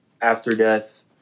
after-death